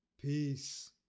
Peace